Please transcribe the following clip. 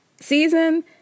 season